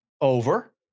Over